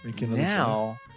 now